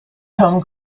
home